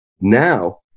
Now